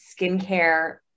skincare